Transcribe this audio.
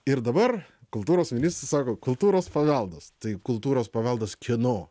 ir dabar kultūros ministras sako kultūros paveldas tai kultūros paveldas kieno